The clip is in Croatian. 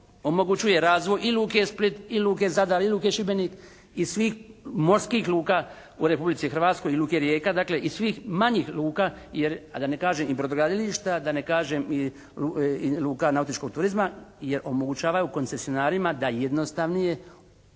omogućuje razvoj i luke Split i luke Zadar i luke Šibenik i svih morskih luka u Republici Hrvatskoj, i luke Rijeka, dakle i svih manjih luka. Jer, a da ne kažem i brodogradilišta, da ne kažem i luka nautičkog turizma, jer omogućavaju koncesionarima da jednostavnije ishode